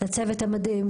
לצוות המדהים,